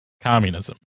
communism